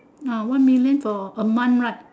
ah one million for a month right